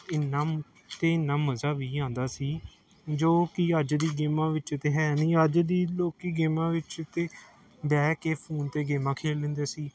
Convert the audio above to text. ਐਨਾ ਤੇ ਐਨਾ ਮਜ਼ਾ ਵੀ ਆਉਂਦਾ ਸੀ ਜੋ ਕਿ ਅੱਜ ਦੀ ਗੇਮਾਂ ਵਿੱਚ ਤਾਂ ਹੈ ਨਹੀਂ ਅੱਜ ਦੇ ਲੋਕ ਗੇਮਾਂ ਵਿੱਚ ਤਾਂ ਬਹਿ ਕੇ ਫੋਨ 'ਤੇ ਗੇਮਾਂ ਖੇਡ ਲੈਂਦੇ ਸੀ